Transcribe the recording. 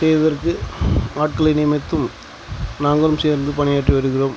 செய்வதற்கு ஆட்களை நியமித்தும் நாங்களும் சேர்ந்து பணியாற்றி வருகிறோம்